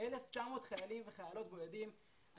1,900 חיילים וחיילות בודדים.